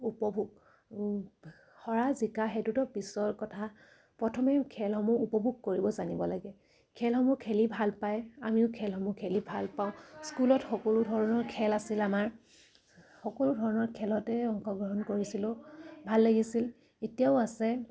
উপভোগ হৰা জিকা সেইটোতো পিছৰ কথা প্ৰথমে খেলসমূহ উপভোগ কৰিব জানিব লাগে খেলসমূহ খেলি ভাল পায় আমিও খেলসমূহ খেলি ভাল পাওঁ স্কুলত সকলো ধৰণৰ খেল আছিল আমাৰ সকলো ধৰণৰ খেলতে অংশগ্ৰহণ কৰিছিলোঁ ভাল লাগিছিল এতিয়াও আছে